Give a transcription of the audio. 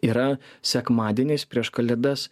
yra sekmadieniais prieš kalėdas